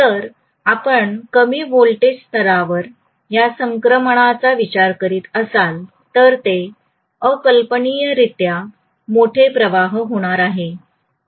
जर आपण कमी व्होल्टेज स्तरावर या संक्रमणाचा विचार करीत असाल तर ते अकल्पनीयरित्या मोठे प्रवाह होणार आहे